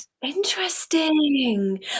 interesting